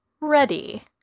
ready